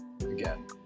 again